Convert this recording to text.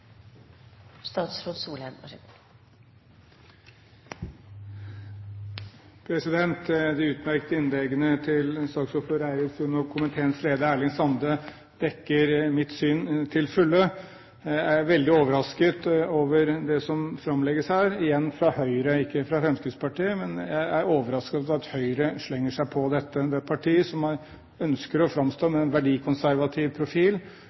De utmerkede innleggene til saksordfører Eirin Kristin Sund og komiteens leder, Erling Sande, dekker mitt syn til fulle. Jeg er veldig overrasket over det som framlegges her – igjen fra Høyre, ikke fra Fremskrittspartiet. Jeg er overrasket over at Høyre slenger seg på dette. Det er et parti som ønsker å framstå med en verdikonservativ profil.